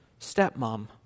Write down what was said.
stepmom